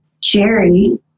Jerry